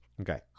Okay